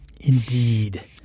Indeed